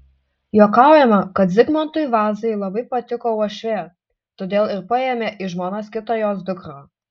juokaujama kad zigmantui vazai labai patiko uošvė todėl ir paėmė į žmonas kitą jos dukrą